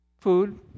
food